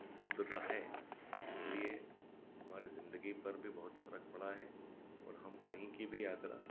उपलब्धता है इसलिए हमारी ज़िन्दगी पर भी बहुत फर्क पड़ा है और हम कहीं की भी यात्रा